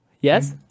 Yes